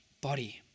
body